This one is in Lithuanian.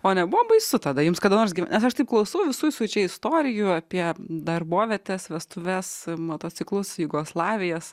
o nebuvo baisu tada jums kada nors nes aš taip klausau visų jūsų čia istorijų apie darbovietes vestuves motociklus jugoslavijas